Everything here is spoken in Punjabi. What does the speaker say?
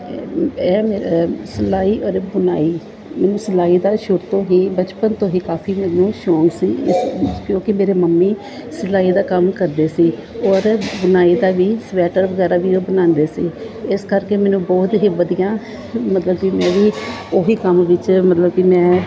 ਐ ਐਹ ਮੇਰੇ ਸਿਲਾਈ ਓਰ ਬੁਣਾਈ ਮੈਨੂੰ ਸਿਲਾਈ ਦਾ ਸ਼ੁਰੂ ਤੋਂ ਹੀ ਬਚਪਨ ਤੋਂ ਹੀ ਕਾਫੀ ਮੈਨੂੰ ਸ਼ੌਕ ਸੀ ਇਸ ਸ ਕਿਉਂਕਿ ਮੇਰੇ ਮੰਮੀ ਸਿਲਾਈ ਦਾ ਕੰਮ ਕਰਦੇ ਸੀ ਔਰ ਬੁਣਾਈ ਦਾ ਵੀ ਸਵੈਟਰ ਵਗੈਰਾ ਵੀ ਉਹ ਬਣਾਉਂਦੇ ਸੀ ਇਸ ਕਰਕੇ ਮੈਨੂੰ ਬਹੁਤ ਹੀ ਵਧੀਆ ਮਤਲਬ ਕਿ ਮੈਂ ਵੀ ਉਹੀ ਕੰਮ ਵਿੱਚ ਮਤਲਬ ਕਿ ਮੈਂ